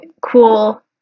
cool